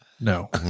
No